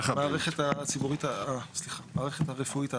ממערכת הרפואית הארצית.